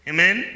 Amen